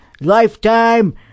lifetime